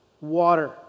water